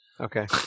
Okay